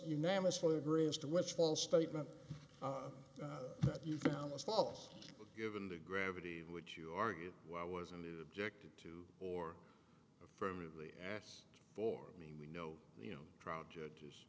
unanimously agree as to which false statement that you found was false but given the gravity which you argue why wasn't it objected to or affirmatively asked for i mean we know you know trial judges